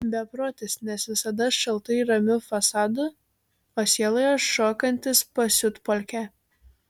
beprotis nes visada šaltai ramiu fasadu o sieloje šokantis pasiutpolkę